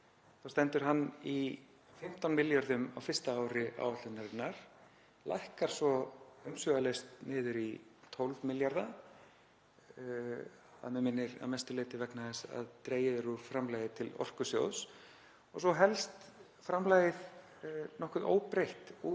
þá stendur hann í 15 milljörðum á fyrsta ári áætlunarinnar, lækkar svo umsvifalaust niður í 12 milljarða, að mig minnir, að mestu leyti vegna þess að dregið er úr framlögum til Orkusjóðs, og svo helst framlagið nokkuð óbreytt út